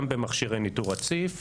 גם במכשירי ניטור רציף,